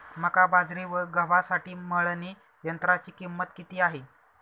मका, बाजरी व गव्हासाठी मळणी यंत्राची किंमत किती आहे?